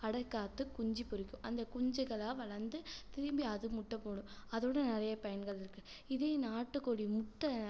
அடை காத்து குஞ்சு பொரிக்கும் அந்த குஞ்சுகள்லாம் வளர்ந்து திரும்பியும் அது முட்டை போடும் அதோடய நிறைய பயன்கள் இருக்குது இதே நாட்டுக்கோழி முட்டை